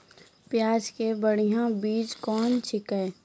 प्याज के बढ़िया बीज कौन छिकै?